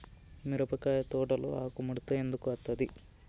మిరపకాయ తోటలో ఆకు ముడత ఎందుకు అత్తది?